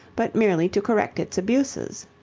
but merely to correct its abuses.